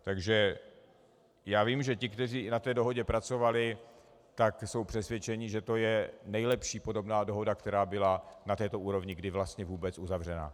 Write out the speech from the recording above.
Takže já vím, že ti, kteří na té dohodě pracovali, jsou přesvědčeni, že to je nejlepší podobná dohoda, která byla na této úrovni kdy vlastně vůbec uzavřena.